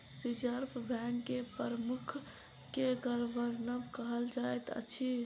reserve bank के प्रमुख के गवर्नर कहल जाइत अछि